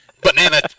banana